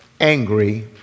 angry